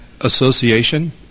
association